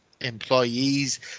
employees